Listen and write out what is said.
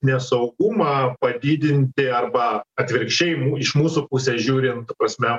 nesaugumą padidinti arba atvirkščiai iš mūsų pusės žiūrint ta prasme